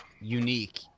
unique